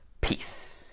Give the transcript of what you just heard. Peace